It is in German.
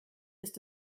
ist